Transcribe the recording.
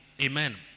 Amen